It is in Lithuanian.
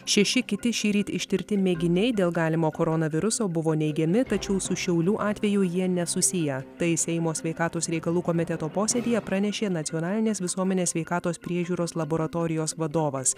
šeši kiti šįryt ištirti mėginiai dėl galimo koronaviruso buvo neigiami tačiau su šiauliu atveju jie nesusiję tai seimo sveikatos reikalų komiteto posėdyje pranešė nacionalinės visuomenės sveikatos priežiūros laboratorijos vadovas